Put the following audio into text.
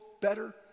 better